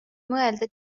mõelda